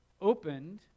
opened